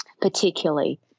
Particularly